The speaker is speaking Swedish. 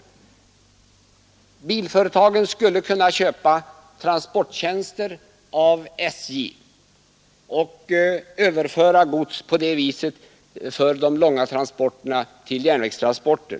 Bilföretagen skulle kunna köpa transporttjänster av SJ och därigenom överföra de långväga godstransporterna till järnvägstransporter.